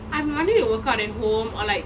I've been wanting to work out at home or like